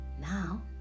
Now